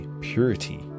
purity